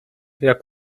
jak